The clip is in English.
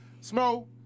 Smoke